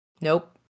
nope